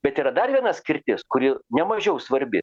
bet yra dar viena skirtis kuri ne mažiau svarbi